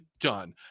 Done